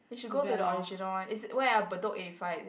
you should go to the original one it's where ah Bedok eighty five is it